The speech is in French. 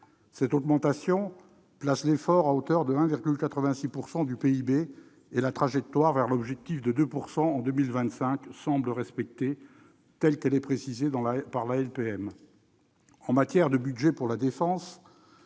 Cette hausse place l'effort à hauteur de 1,86 % du PIB, et la trajectoire vers l'objectif de 2 % en 2025 semble respectée, telle qu'elle est précisée par la LPM. En matière de budget pour la défense,